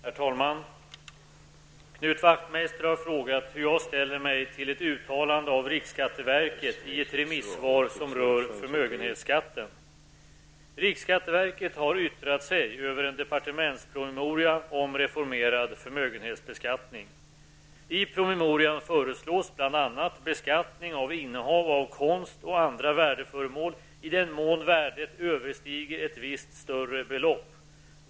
Herr talman! Knut Wachtmeister har frågat hur jag ställer mig till ett uttalande av riksskatteverket i ett remissvar som rör förmögenhetsskatten. Riksskatteverket har yttrat sig över en departementspromemoria om reformerad förmögenhetsbeskattning . I promemorian föreslås bl.a. beskattning av innehav av konst och andra värdeföremål i den mån värdet överstiger ett visst större belopp.